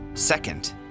Second